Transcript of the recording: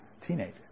teenager